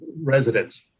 residents